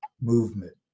movement